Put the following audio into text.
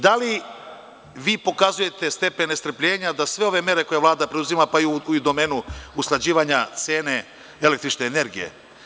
Da li vi pokazujete stepen nestrpljenja za sve ove mere koje Vlada preduzima, pa i u domenu usklađivanja cene električne energije?